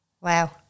Wow